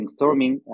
brainstorming